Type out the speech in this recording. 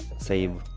save.